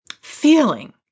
Feeling